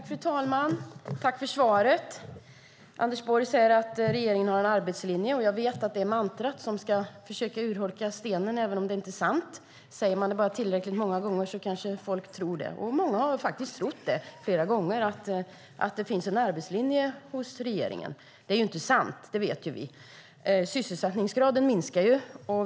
Fru talman! Jag tackar för svaret. Anders Borg säger att regeringen har en arbetslinje, och jag vet att det är mantrat som ska försöka urholka stenen även om det inte är sant. Säger man det bara tillräckligt många gånger kanske folk tror det, och många har faktiskt trott att regeringen har en arbetslinje. Det är inte sant, det vet vi. Sysselsättningsgraden minskar.